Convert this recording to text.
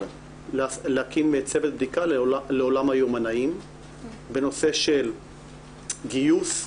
להקים צוות בדיקה לעולם היומנאים בנושא של גיוס,